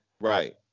right